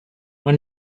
when